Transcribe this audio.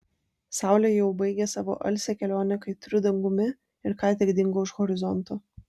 saulė jau baigė savo alsią kelionę kaitriu dangumi ir ką tik dingo už horizonto